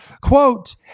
Quote